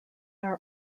are